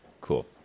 Cool